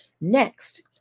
Next